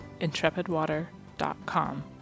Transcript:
IntrepidWater.com